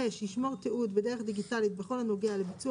5. ישמור תיעוד בדרך דיגיטלית בכל הנוגע לביצוע